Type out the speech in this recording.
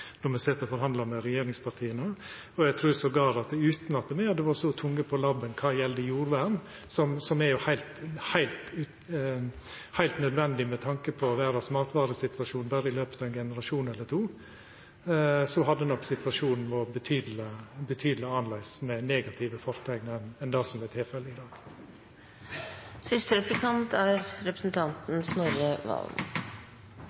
hadde vore så tunge på labben når det gjeld jordvern, som jo er heilt nødvendig med tanke på matvaresituasjonen i verda, hadde situasjonen berre i løpet av ein generasjon eller to nok vore betydeleg annleis, med negativt forteikn, enn det som er tilfellet i dag. I forlengelsen av representanten